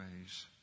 ways